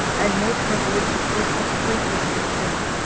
and make her words appear persuasive to the king,